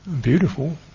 Beautiful